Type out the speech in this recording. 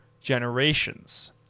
generations